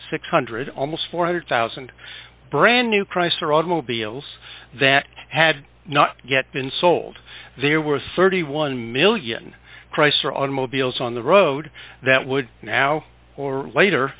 six hundred almost four hundred thousand brand new chrysler automobiles that had not yet been sold there were thirty one million chrysler automobiles on the road that would now or later